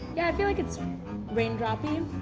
yeah, i feel like it's raindrop-y.